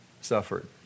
suffered